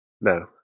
No